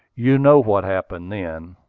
you know what happened then.